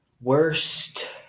worst